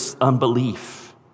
unbelief